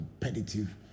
competitive